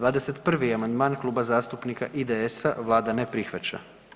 21. amandman Kluba zastupnika IDS-a vlada ne prihvaća.